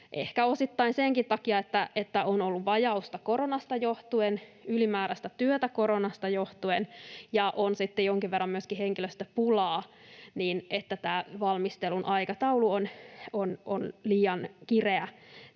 ehkä osittain senkin takia, että on ollut vajausta ja ylimääräistä työtä koronasta johtuen ja on sitten jonkin verran henkilöstöpulaa — että valmistelun aikataulu on liian kireä.